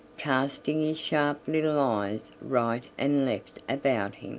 casting his sharp little eyes right and left about